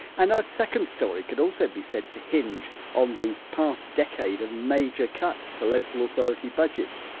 and our second story could also be said to hinge on the past decade of major cuts to local authority budgets.